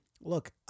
look